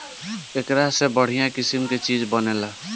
एकरा से बढ़िया किसिम के चीज बनेला